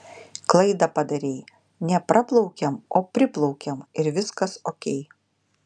klaidą padarei ne praplaukiam o priplaukiam ir viskas okei